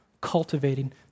cultivating